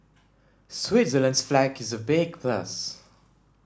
Switzerland's flag is a big plus